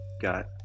got